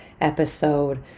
episode